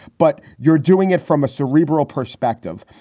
but you're doing it from a cerebral perspective.